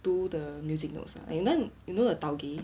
do the music notes lah and then you know the taugeh